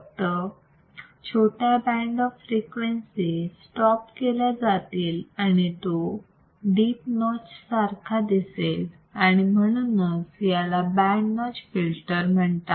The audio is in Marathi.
फक्त छोट्या बंड ऑफ फ्रिक्वेन्सी स्टॉप केल्या जातील आणि तो डीप नॉच सारखा दिसेल आणि म्हणूनच याला बँड नॉच फिल्टर म्हणतात